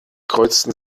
kreuzten